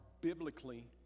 biblically